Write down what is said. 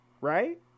right